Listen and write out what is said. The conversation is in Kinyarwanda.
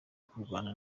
kurwana